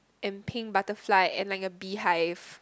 and pink butterfly and like a beehive